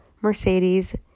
Mercedes